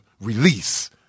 release